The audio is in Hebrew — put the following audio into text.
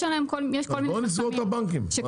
יש עליהם כל מיני חסמים --- אז בו נסגור את הבנקים,